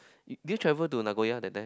did you travel to Nagoya that time